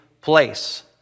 place